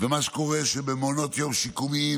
ומה שקורה שבמעונות יום שיקומיים,